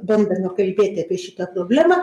bandome kalbėti apie šitą problemą